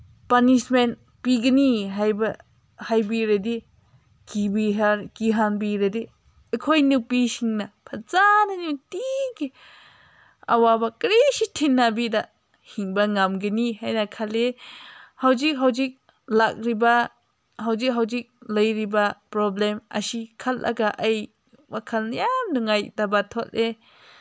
punishment ꯄꯤꯒꯅꯤ ꯍꯥꯏꯕ ꯍꯥꯏꯕꯤꯔꯗꯤ ꯀꯤꯍꯟꯕꯤꯔꯗꯤ ꯑꯩꯈꯣꯏ ꯅꯨꯄꯤꯁꯤꯡꯅ ꯐꯖꯅ ꯅꯨꯡꯇꯤꯒꯤ ꯑꯋꯥꯕ ꯀꯔꯤꯁꯨ ꯊꯤꯗꯕꯤꯗ ꯍꯤꯡꯕ ꯉꯝꯒꯅꯤ ꯍꯥꯏꯅ ꯈꯜꯂꯤ ꯍꯧꯖꯤꯛ ꯍꯧꯖꯤꯛ ꯂꯥꯛꯂꯤꯕ ꯍꯧꯖꯤꯛ ꯍꯧꯖꯤꯛ ꯂꯩꯔꯤꯕ ꯄ꯭ꯔꯣꯕ꯭ꯂꯦꯝ ꯑꯁꯤ ꯈꯜꯂꯒ ꯑꯩ ꯋꯥꯈꯜ ꯌꯥꯝ ꯅꯨꯡꯉꯥꯏꯇꯕ ꯊꯣꯛꯑꯦ